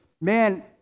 man